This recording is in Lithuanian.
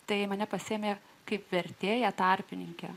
tai mane pasiėmė kaip vertėją tarpininke